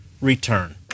return